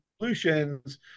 solutions